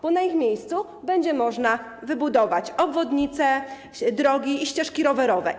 Bo na ich miejscu będzie można wybudować obwodnice, drogi i ścieżki rowerowe.